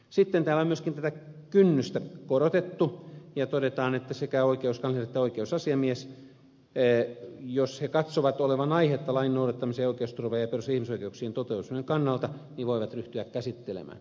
sitten täällä on myöskin tätä kynnystä korotettu ja todetaan että jos sekä oikeuskansleri että oikeusasiamies katsovat olevan aihetta lain noudattamisen oikeusturvan ja perusihmisoikeuksien toteutumisen kannalta he voivat ryhtyä käsittelemään